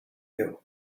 you